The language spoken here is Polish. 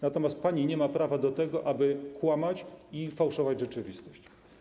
Natomiast pani nie ma prawa do tego, aby kłamać i fałszować rzeczywistość.